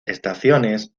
estaciones